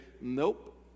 nope